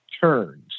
turns